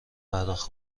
پرداخت